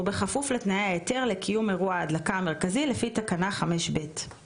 ובכפוף לתנאי ההיתר לקיום אירוע ההדלקה המרכזי לפי תקנה 5(ב).